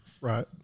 Right